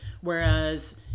Whereas